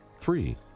Three